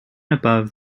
above